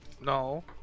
No